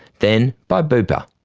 then by bupa.